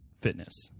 fitness